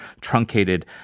truncated